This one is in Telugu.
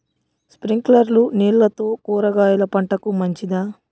స్ప్రింక్లర్లు నీళ్లతో కూరగాయల పంటకు మంచిదా?